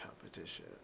competition